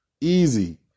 easy